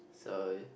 so